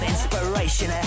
Inspiration